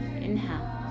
inhale